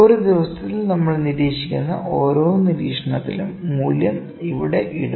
ഒരു ദിവസത്തിൽ നമ്മൾനിരീക്ഷിക്കുന്ന ഓരോ നിരീക്ഷണത്തിലും മൂല്യം ഇവിടെ ഇടും